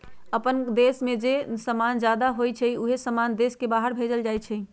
अप्पन देश में जे समान जादा होई छई उहे समान देश के बाहर भेजल जाई छई